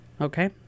okay